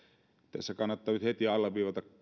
tässä kannattaa nyt heti alleviivata